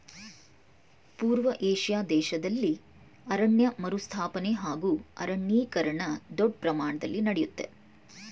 ಪೂರ್ವ ಏಷ್ಯಾ ದೇಶ್ದಲ್ಲಿ ಅರಣ್ಯ ಮರುಸ್ಥಾಪನೆ ಹಾಗೂ ಅರಣ್ಯೀಕರಣ ದೊಡ್ ಪ್ರಮಾಣ್ದಲ್ಲಿ ನಡಿತಯ್ತೆ